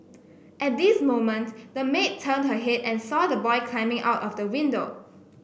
at this moment the maid turned her head and saw the man's coming out of the window